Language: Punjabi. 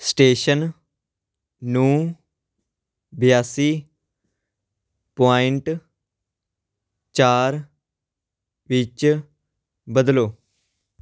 ਸਟੇਸ਼ਨ ਨੂੰ ਬਿਆਸੀ ਪੁਆਇੰਟ ਚਾਰ ਵਿੱਚ ਬਦਲੋ